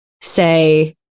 say